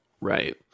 right